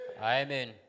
Amen